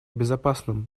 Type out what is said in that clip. безопасным